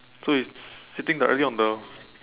so it's sitting directly on the